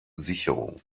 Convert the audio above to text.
sicherung